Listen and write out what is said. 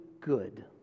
good